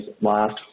last